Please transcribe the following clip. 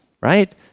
right